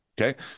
Okay